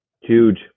Huge